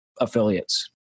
affiliates